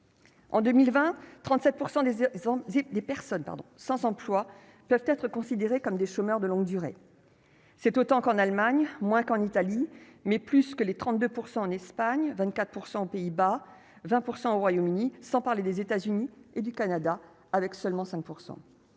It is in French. En 2020, 37 % des et des personnes, pardon sans emploi peuvent être considérés comme des chômeurs de longue durée. C'est autant qu'en Allemagne, moins qu'en Italie, mais plus que les 32 % en Espagne 24 % Pays-Bas 20 % au Royaume-Uni, sans parler des États-Unis et du Canada, avec seulement 5